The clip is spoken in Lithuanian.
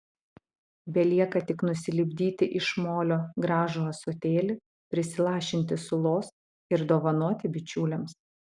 belieka tik nusilipdyti iš molio gražų ąsotėlį prisilašinti sulos ir dovanoti bičiuliams